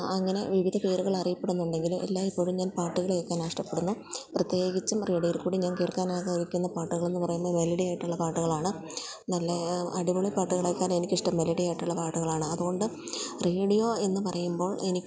അങ്ങനെ വിവിധ പേരുകളില് അറിയപ്പെടുന്നുണ്ടെങ്കിലും എല്ലായ്പ്പോഴും ഞാൻ പാട്ടുകള് കേള്ക്കാൻ ഇഷ്ടപ്പെടുന്നു പ്രത്യേകിച്ചും റേഡിയോയിൽ കൂടി ഞാന് കേൾക്കാൻ ആഗ്രഹിക്കുന്ന പാട്ടുകളെന്ന് പറയുന്നത് മെലഡിയായിട്ടുള്ള പാട്ടുകളാണ് നല്ല അടിപൊളി പാട്ടുകളെക്കാൾ എനിക്കിഷ്ടം മെലഡിയായിട്ടുള്ള പാട്ടുകളാണ് അതുകൊണ്ട് റേഡിയോയെന്ന് പറയുമ്പോൾ എനിക്ക്